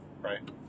right